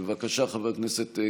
בבקשה, חבר הכנסת גינזבורג,